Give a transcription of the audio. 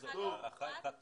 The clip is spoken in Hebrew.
זאת הארכה חד פעמית?